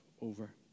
over